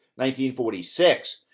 1946